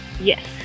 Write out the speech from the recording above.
Yes